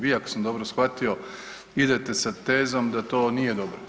Vi ako sam dobro shvatio idete sa tezom da to nije dobro.